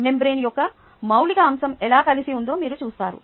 membrane యొక్క మౌళిక అంశం ఎలా కలిసి ఉందో మీరు చూస్తారు